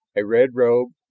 a red robe,